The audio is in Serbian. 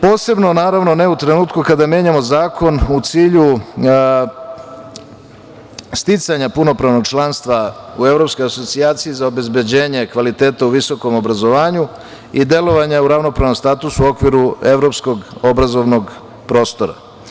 Posebno, naravno, ne u trenutku kada menjamo zakon, u cilju sticanja punopravnog članstva u Evropskoj asocijaciji za obezbeđenje kvaliteta u visokom obrazovanju i delovanja u ravnopravnom statusu u okviru evropskog obrazovnog prostora.